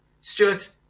Stuart